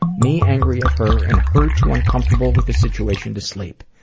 me angry at her and her too uncomfortable with the situation to sleep.